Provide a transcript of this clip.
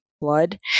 blood